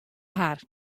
har